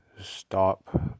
stop